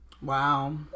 wow